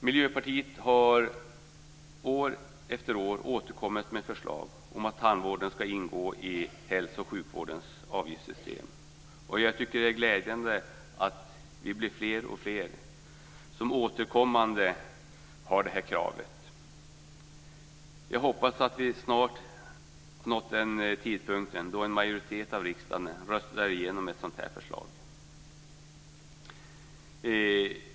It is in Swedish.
Miljöpartiet har år efter år återkommit med förslag om att tandvården ska ingå i hälso och sjukvårdens avgiftssystem. Jag tycker att det är glädjande att vi blir fler och fler som återkommande kräver detta. Jag hoppas att vi snart har nått den tidpunkten då en majoritet av riksdagen röstar igenom ett sådant förslag.